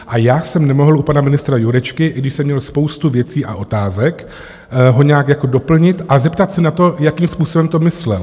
A já jsem nemohl u pana ministra Jurečky, i když jsem měl spoustu věcí a otázek, ho nějak jako doplnit a zeptat se na to, jakým způsobem to myslel.